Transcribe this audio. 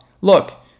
Look